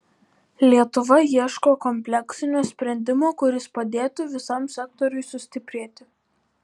lietuva ieško kompleksinio sprendimo kuris padėtų visam sektoriui sustiprėti